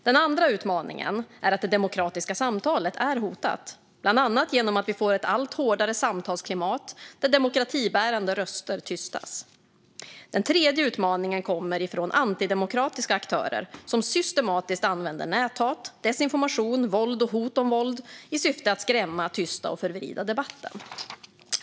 Den andra utmaningen är att det demokratiska samtalet är hotat, bland annat genom att vi får ett allt hårdare samtalsklimat där demokratibärande röster tystas. Den tredje utmaningen kommer från antidemokratiska aktörer som systematiskt använder näthat, desinformation, våld och hot om våld i syfte att skrämma, tysta och förvrida debatten.